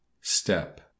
Step